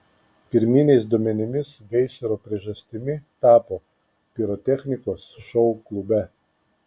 pirminiais duomenimis gaisro priežastimi tapo pirotechnikos šou klube